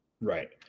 right